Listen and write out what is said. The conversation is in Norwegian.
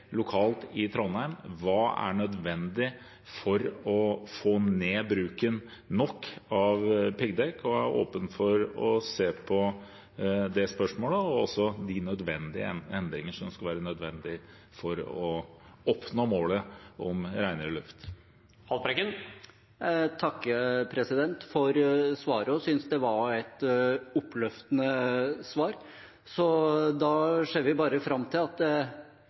er nødvendig for å få bruken av piggdekk nok ned, og jeg er åpen for å se på det spørsmålet og de endringer som skulle være nødvendig for å oppnå målet om renere luft. Jeg takker for svaret og synes det var et oppløftende svar. Så da ser vi bare fram til at